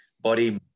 body